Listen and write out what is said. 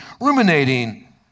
ruminating